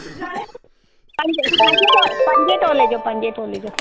पंज अचे थो पंजे तोले जो पंजे तोले जो